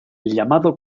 llamado